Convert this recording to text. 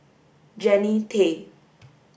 Jannie Tay